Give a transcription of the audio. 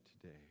today